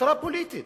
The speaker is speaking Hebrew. למשטרה פוליטית